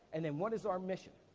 and then, what is our mission?